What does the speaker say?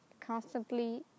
constantly